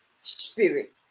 Spirit